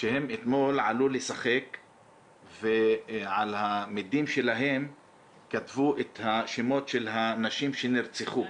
אתמול עלו לשחק ועל המדים שלהם כתבו את השמות של הנשים שנרצחו.